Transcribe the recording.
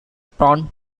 prone